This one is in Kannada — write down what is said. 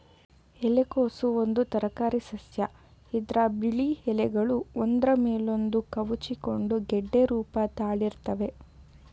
ಎಲೆಕೋಸು ಒಂದು ತರಕಾರಿಸಸ್ಯ ಇದ್ರ ಬಿಳಿ ಎಲೆಗಳು ಒಂದ್ರ ಮೇಲೊಂದು ಕವುಚಿಕೊಂಡು ಗೆಡ್ಡೆ ರೂಪ ತಾಳಿರ್ತವೆ